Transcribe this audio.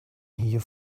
here